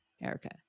Erica